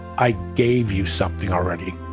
i gave you something already.